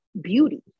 beauty